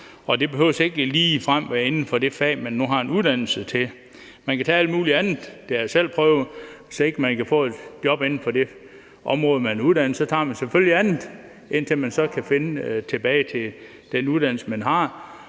det behøver ikke ligefrem at være inden for det fag, man nu har en uddannelse i. Man kan tage alt muligt andet. Det har jeg selv prøvet. Hvis ikke man kan få et job på det område, man er uddannet inden for, så tager man selvfølgelig et andet, indtil man kan finde et inden for den uddannelse, man har.